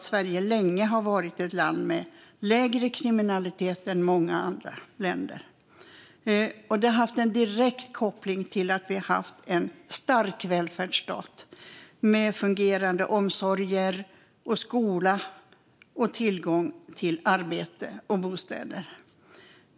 Sverige var länge ett land med lägre kriminalitet än många andra länder, och det fanns en direkt koppling till den starka välfärdsstaten med fungerande omsorg och skola och med tillgång till arbete och bostäder.